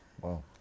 Wow